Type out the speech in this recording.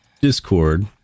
Discord